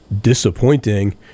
disappointing